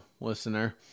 listener